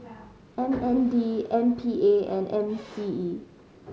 M N D M P A and M C E